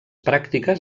pràctiques